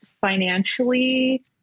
financially